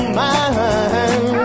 mind